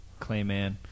Clayman